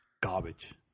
Garbage